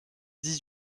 dix